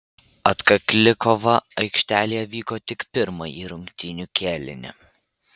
atkakli kova aikštelėje vyko tik pirmąjį rungtynių kėlinį